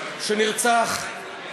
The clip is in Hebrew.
שנרצח.